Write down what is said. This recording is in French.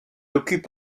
occupe